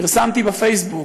פרסמתי בפייסבוק: